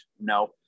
No